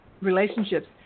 relationships